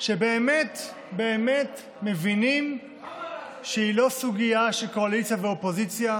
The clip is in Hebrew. שבאמת באמת מבינים שהיא לא סוגיה של קואליציה ואופוזיציה,